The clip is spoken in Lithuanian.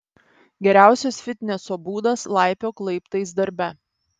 geriausias fitneso būdas laipiok laiptais darbe